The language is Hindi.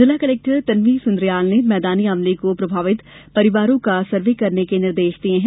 जिला कलेक्टर तनवी सुंदरीयाल ने मैदानी अमले को प्रभावित परिवारों का सर्वे करने के निर्देश दिये हैं